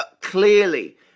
clearly